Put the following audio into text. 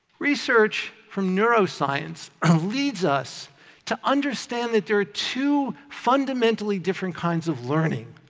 research from neuroscience ah leads us to understand that there are two fundamentally different kinds of learning.